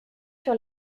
sur